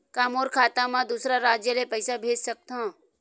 का मोर खाता म दूसरा राज्य ले पईसा भेज सकथव?